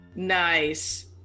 nice